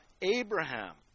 Abraham